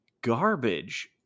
garbage